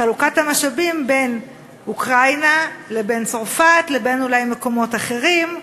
חלוקת המשאבים בין אוקראינה לבין צרפת לבין אולי מקומות אחרים,